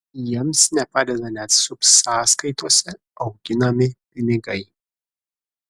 jiems nepadeda net subsąskaitose auginami pinigai